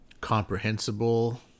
comprehensible